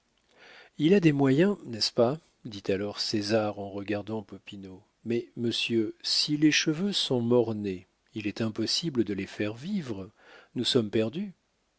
il a des moyens n'est-ce pas dit alors césar en regardant popinot mais monsieur si les cheveux sont mort-nés il est impossible de les faire vivre nous sommes perdus